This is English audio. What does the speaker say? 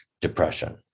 depression